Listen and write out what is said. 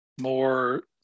more